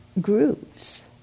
grooves